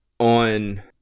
On